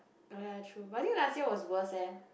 oh ya true but I think last year was worst leh